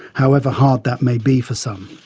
however hard that may be for some.